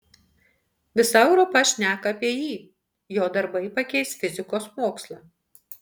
visa europa šneka apie jį jo darbai pakeis fizikos mokslą